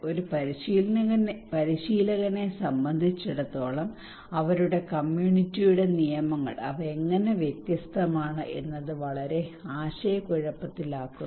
ഒരു പരിശീലകനെ സംബന്ധിച്ചിടത്തോളം അവരുടെ കമ്മ്യൂണിറ്റിയുടെ നിയമങ്ങൾ അവ എങ്ങനെ വ്യത്യസ്തമാണ് എന്നത് വളരെ ആശയക്കുഴപ്പത്തിലാക്കുന്നു